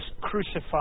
crucified